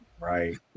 Right